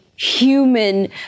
human